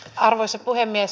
arvoisa puhemies